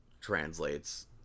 translates